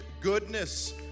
goodness